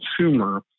consumer